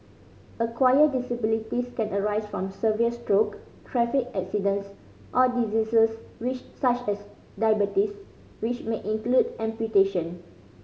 acquired disabilities can arise from severe stroke traffic accidents or diseases which such as diabetes which may include amputation